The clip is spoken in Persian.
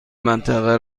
منطقه